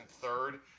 third